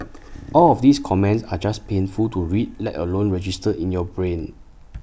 all of these comments are just painful to read let alone register in your brain